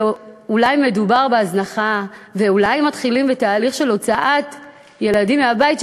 שאולי מדובר בהזנחה ואולי מתחילים בתהליך של הוצאת ילדים מהבית,